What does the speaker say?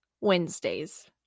Wednesdays